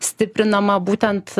stiprinama būtent